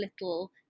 little